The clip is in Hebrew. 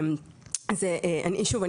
שוב,